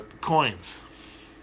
coins